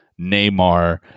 Neymar